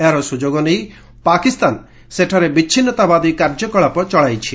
ଏହାର ସୁଯୋଗ ନେଇ ପାକିସ୍ତାନ ସେଠାରେ ବିଚ୍ଛିନ୍ନତାବାଦୀ କାର୍ଯ୍ୟକଳାପ ଚଳାଇଛି